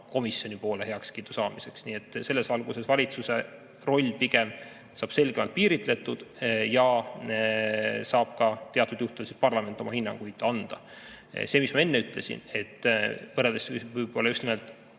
komisjoni poole heakskiidu saamiseks. Nii et selles valguses valitsuse roll pigem saab selgemalt piiritletud ja saab ka teatud juhtudel parlament oma hinnanguid anda. Nagu ma ka enne ütlesin just nimelt